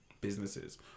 businesses